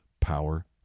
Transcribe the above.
power